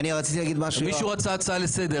מישהו רצה הצעה לסדר.